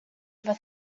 ever